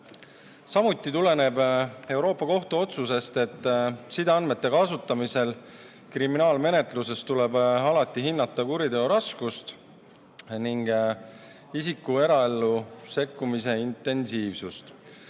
Samuti tuleneb Euroopa Kohtu otsusest, et sideandmete kasutamisel kriminaalmenetluses tuleb alati hinnata kuriteo raskust ning isiku eraellu sekkumise intensiivsust.